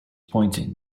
pointing